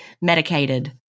medicated